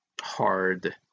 hard